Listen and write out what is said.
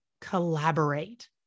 collaborate